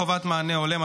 חובת מענה הולם),